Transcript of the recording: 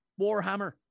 Warhammer